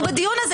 אנחנו בדיון הזה.